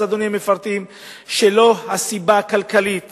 ואז, אדוני, הם מפרטים שלא הסיבה הכלכלית